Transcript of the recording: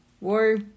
War